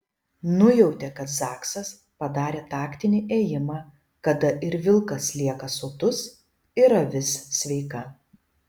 nujautė kad zaksas padarė taktinį ėjimą kada ir vilkas lieka sotus ir avis sveika